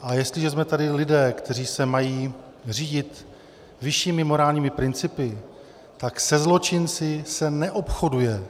A jestliže jsme tady lidé, kteří se mají řídit vyššími morálními principy, tak se zločinci se neobchoduje.